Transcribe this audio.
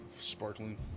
sparkling